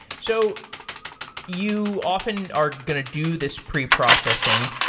so you often are going to do this pre-processing.